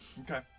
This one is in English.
Okay